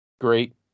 great